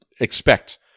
expect